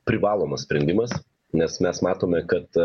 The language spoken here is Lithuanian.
privalomas sprendimas nes mes matome kad